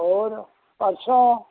ਹੋਰ ਪਰਸੋਂ